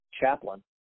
chaplain